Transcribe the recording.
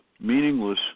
meaningless